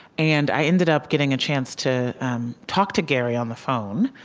and i ended up getting a chance to talk to gary on the phone.